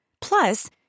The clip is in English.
Plus